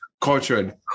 culture